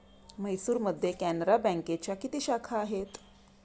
म्हैसूरमध्ये कॅनरा बँकेच्या किती शाखा आहेत?